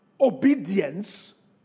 obedience